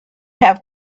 have